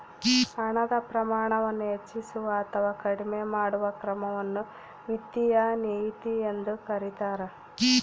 ಹಣದ ಪ್ರಮಾಣವನ್ನು ಹೆಚ್ಚಿಸುವ ಅಥವಾ ಕಡಿಮೆ ಮಾಡುವ ಕ್ರಮವನ್ನು ವಿತ್ತೀಯ ನೀತಿ ಎಂದು ಕರೀತಾರ